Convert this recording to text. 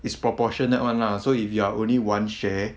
is proportionate one lah so if you are only one share